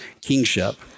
kingship